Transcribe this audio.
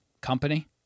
company